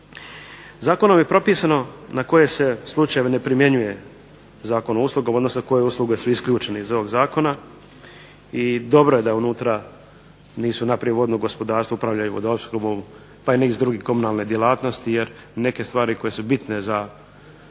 Zakonom je propisano na koje se slučajeve ne primjenjuje Zakon o uslugama odnosno koje usluge su isključene iz ovog zakona i dobro je da unutra nisu napravili da vodno gospodarstvo upravlja i vodoopskrbom pa i niz drugih komunalne djelatnosti jer neke stvari koje su bitne za ne